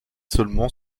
seulement